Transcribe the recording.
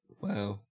Wow